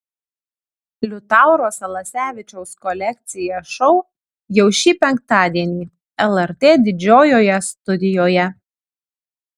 liutauro salasevičiaus kolekcija šou jau šį penktadienį lrt didžiojoje studijoje